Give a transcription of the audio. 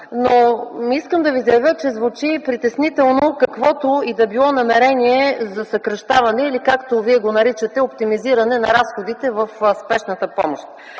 но искам да Ви заявя, че звучи притеснително каквото и да било намерение за съкращаване или както Вие го наричате – оптимизиране на разходите в спешната помощ.